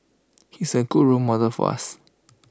he's A good role model for us